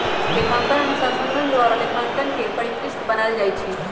लेखांकन अनुसंधान द्वारा लेखांकन के परिष्कृत बनायल जाइ छइ